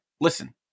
Listen